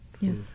yes